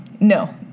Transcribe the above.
no